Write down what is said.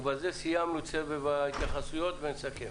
ובזה סיימנו את סבב ההתייחסויות נסכם.